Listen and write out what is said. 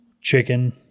chicken